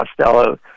Costello